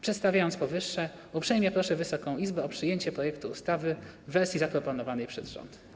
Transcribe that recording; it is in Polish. Przedstawiając powyższe, uprzejmie proszę Wysoką Izbę o przyjęcie projektu ustawy w wersji zaproponowanej przez rząd.